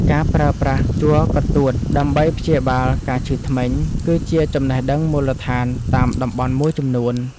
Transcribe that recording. ការប្រើប្រាស់ជ័រកន្ទួតដើម្បីព្យាបាលការឈឺធ្មេញ គឺជាចំណេះដឹងមូលដ្ឋានតាមតំបន់មួយចំនួន។